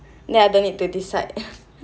then I don't need to decide